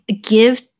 give